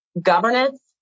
governance